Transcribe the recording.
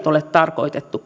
ole tarkoitettu